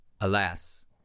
alas